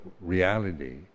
reality